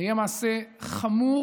זה יהיה מעשה חמור